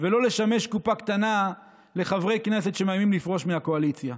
ולא לשמש קופה קטנה לחברי כנסת שמאיימים לפרוש מהקואליציה.